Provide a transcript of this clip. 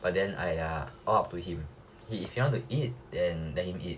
but then !aiya! all up to him if he want to eat then let him eat